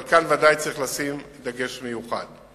אבל כאן ודאי צריך לשים דגש מיוחד.